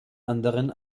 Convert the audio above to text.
anderen